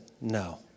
no